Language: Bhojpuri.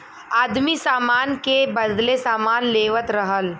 आदमी सामान के बदले सामान लेवत रहल